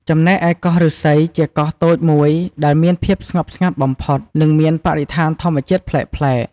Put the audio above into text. ចំណែកឯ កោះឫស្សី ជាកោះតូចមួយដែលមានភាពស្ងប់ស្ងាត់បំផុត និងមានបរិស្ថានធម្មជាតិប្លែកៗ។